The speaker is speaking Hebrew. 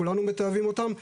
כולנו מתעבים אותם,